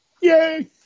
Yay